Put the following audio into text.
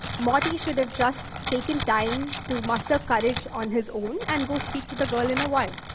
morty should have just taken time to muster courage on his own, and go speak to the girl in a while.